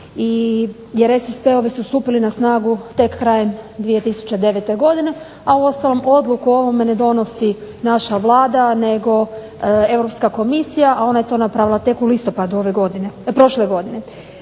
i SSP-ovi su stupili na snagu tek krajem 2009. godine, a uostalom odluku o ovome ne donosi naša Vlada nego Europska komisija, a ona je to napravila tek u listopadu prošle godine.